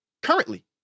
Currently